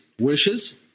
wishes